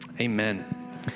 amen